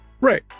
Right